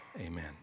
Amen